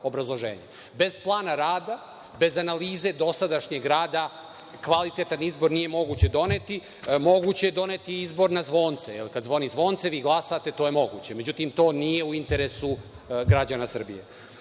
Bez plana rada, bez analize dosadašnjeg rada, kvalitetan izbor nije moguće doneti. Moguće je doneti izbor na zvonce. Kada zvoni zvonce vi glasate, i to je moguće. Međutim, to nije u interesu građana Srbije. Ono